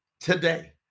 today